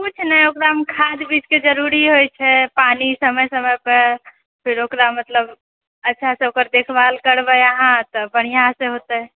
कुछ नइ ओकरामे खाद्य बीजके जरुरी होइ छै पानी समय समय पर फेर ओकरा मतलब अच्छा से ओकर देखभाल करबय अहाँ तऽबढ़िया से होतय